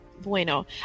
Bueno